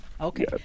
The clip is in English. Okay